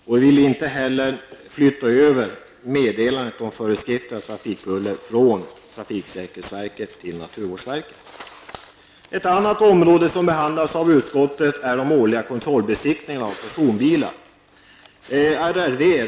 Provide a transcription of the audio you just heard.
Vi vill inte heller flytta över meddelandet av föreskrifter om trafikbuller från trafiksäkerhetsverket till naturvårdsverket. Ett annat område som behandlas av trafikutskottet är de årliga kontrollbesiktningarna av personbilar.